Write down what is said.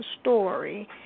story